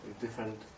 different